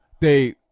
they-